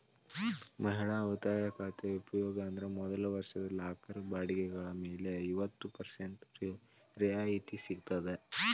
ಮಹಿಳಾ ಉಳಿತಾಯ ಖಾತೆ ಉಪಯೋಗ ಅಂದ್ರ ಮೊದಲ ವರ್ಷದ ಲಾಕರ್ ಬಾಡಿಗೆಗಳ ಮೇಲೆ ಐವತ್ತ ಪರ್ಸೆಂಟ್ ರಿಯಾಯಿತಿ ಸಿಗ್ತದ